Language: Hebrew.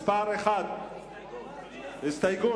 מס' 1. תקשיבו,